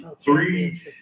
three